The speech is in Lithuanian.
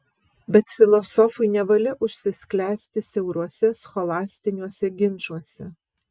bet filosofui nevalia užsisklęsti siauruose scholastiniuose ginčuose